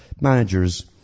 managers